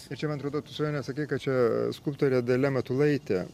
ir čia man atrodo tu svajone sakei kad čia skulptorė dalia matulaitė